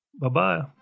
Bye-bye